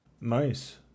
Nice